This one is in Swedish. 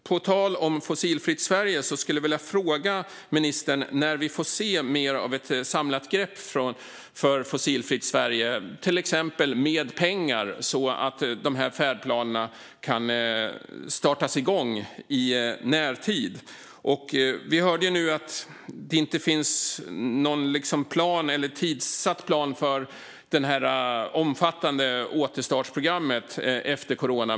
På tal om Fossilfritt Sverige vill jag fråga ministern när vi får se ett mer samlat grepp för Fossilfritt Sverige, till exempel mer pengar, så att färdplanerna kan sättas igång i närtid. Vi hörde nu att det inte finns någon tidssatt plan för det omfattande återstartsprogrammet efter corona.